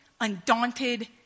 undaunted